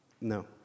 No